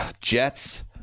Jets